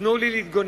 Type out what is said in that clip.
תנו לי להתגונן.